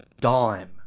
Dime